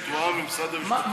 שבנושא הזה, מה האופציות?